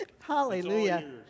Hallelujah